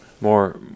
More